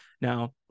Now